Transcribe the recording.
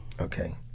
Okay